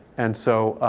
and so